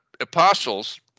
apostles